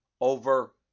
over